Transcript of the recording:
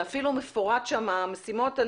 זה אפילו מפורט שם, המשימות.